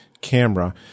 Camera